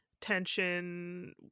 tension